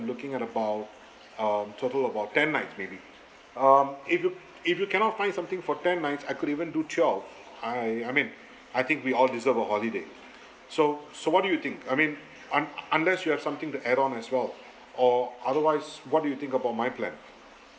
looking at about um total about ten nights maybe um if you if you cannot find something for ten nights I could even do twelve I I mean I think we all deserve a holiday so so what do you think I mean I'm unless you have something to add on as well or otherwise what do you think about my plan